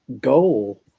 goal